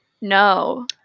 No